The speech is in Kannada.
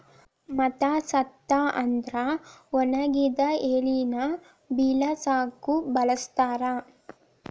ಮತ್ತ ಸತ್ತ ಅಂದ್ರ ಒಣಗಿದ ಎಲಿನ ಬಿಳಸಾಕು ಬಳಸ್ತಾರ